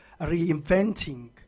reinventing